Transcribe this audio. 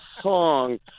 song